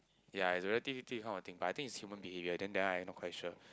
yea it's a relativity how I think but I think is human being if you are then then I no question